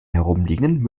herumliegenden